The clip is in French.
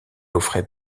offrait